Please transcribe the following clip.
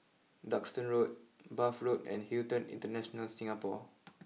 Duxton Road Bath Road and Hilton International Singapore